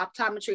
optometry